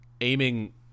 aiming